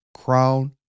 crown